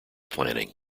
planning